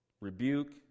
rebuke